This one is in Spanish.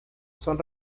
son